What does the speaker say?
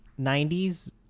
90s